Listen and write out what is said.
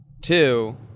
two